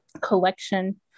collection